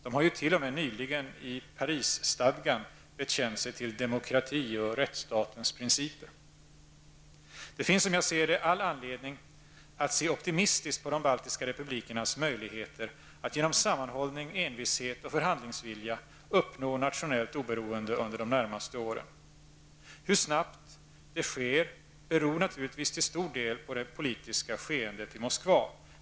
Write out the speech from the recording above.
De har ju nyligen t.o.m. i Parisstadgan bekänt sig till demokrati och rättsstatens principer. Det finns som jag ser det all anledning att se optimistiskt på de baltiska republikernas möjligheter att genom sammanhållning, envishet och förhandlingsvilja uppnå nationellt oberoende under de närmaste åren. Hur snabbt det sker beror naturligtvis till stor del på det politiska skeendet i Moskva.